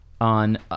on